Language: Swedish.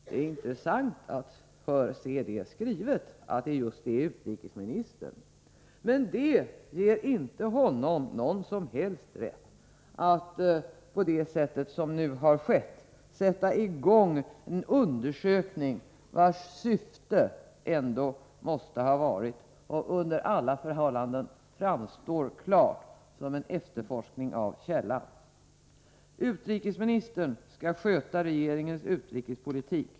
Det är intressant att se det skrivet att det just är utrikesministern, men det ger inte honom någon som helst rätt att, på det sätt som nu har skett, sätta i gång en undersökning, vars syfte ändå måste ha varit och under alla förhållanden framstår klart som en efterforskning av källan. Utrikesministern skall sköta regeringens utrikespolitik.